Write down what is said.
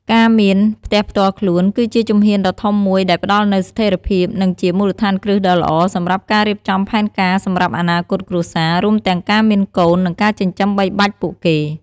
ការមាន ផ្ទះផ្ទាល់ខ្លួន គឺជាជំហានដ៏ធំមួយដែលផ្ដល់នូវ ស្ថេរភាព និងជា មូលដ្ឋានគ្រឹះដ៏ល្អ សម្រាប់ការរៀបចំផែនការសម្រាប់អនាគតគ្រួសារ រួមទាំងការមានកូន និងការចិញ្ចឹមបីបាច់ពួកគេ។